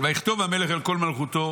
"ויכתוב המלך אל כל מלכותו